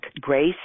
grace